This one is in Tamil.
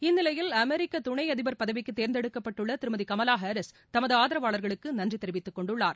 இந்நிலையில் அமெரிக்க துணை அதிபர் பதவிக்கு தேர்ந்தெடுக்கப்பட்டுள்ள திருமதி கமலா ஹாரீஸ் தமது ஆதரவாளர்களுக்கு நன்றி தெரிவித்து கொண்டுள்ளார்